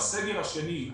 בסגר השני,